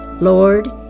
Lord